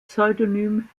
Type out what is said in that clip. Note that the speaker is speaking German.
pseudonym